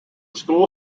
school